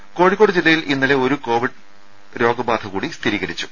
ടെട്ടിട കോഴിക്കോട് ജില്ലയിൽ ഇന്നലെ ഒരു കോവിഡ് രോഗബാധകൂടി സ്ഥിരീകരിച്ചു